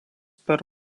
per